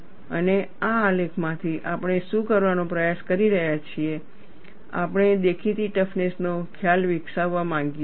અને આ આલેખમાંથી આપણે શું કરવાનો પ્રયાસ કરી રહ્યા છીએ આપણે દેખીતી ટફનેસ નો ખ્યાલ વિકસાવવા માંગીએ છીએ